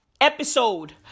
Episode